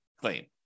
claim